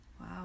Wow